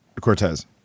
Cortez